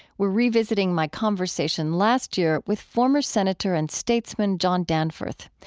we're revisiting my conversation last year with former senator and statesman john danforth.